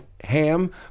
ham